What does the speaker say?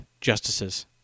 justices